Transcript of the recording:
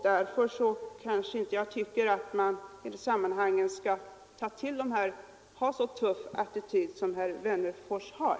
Därför tycker jag att man i detta sammanhang inte skall ha en så tuff attityd som herr Wennerfors har.